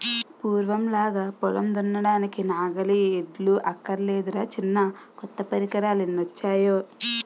పూర్వంలాగా పొలం దున్నడానికి నాగలి, ఎడ్లు అక్కర్లేదురా చిన్నా కొత్త పరికరాలెన్నొచ్చేయో